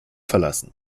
verlassen